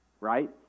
right